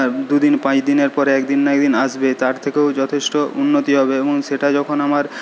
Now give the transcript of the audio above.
দুদিন পাঁচদিনের পরে একদিন না একদিন আসবে তার থেকেও যথেষ্ট উন্নতি হবে এবং সেটা যখন আমার